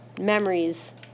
memories